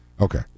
Okay